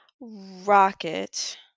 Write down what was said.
Rocket